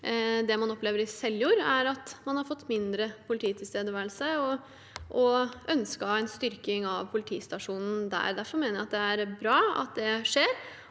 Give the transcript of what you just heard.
man f.eks. i Seljord at man hadde fått mindre polititilstedeværelse, og man ønsket en styrking av politistasjonen der. Derfor mener jeg det er bra at det skjer.